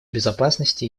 безопасности